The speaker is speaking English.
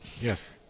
Yes